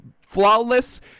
flawless